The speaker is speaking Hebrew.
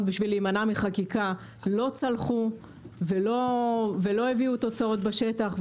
בשביל להימנע מחקיקה לא צלחו ולא הביאו תוצאות בשטח,